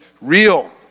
real